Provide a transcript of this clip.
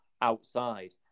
outside